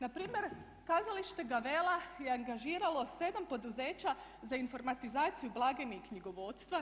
Npr. kazalište Gavela je angažiralo 7 poduzeća za informatizaciju blagajne i knjigovodstva.